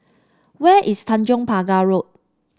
where is Tanjong Pagar Road